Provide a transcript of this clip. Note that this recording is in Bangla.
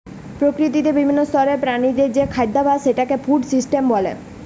প্রকৃতিতে বিভিন্ন স্তরের প্রাণীদের যে খাদ্যাভাস সেটাকে ফুড সিস্টেম বলে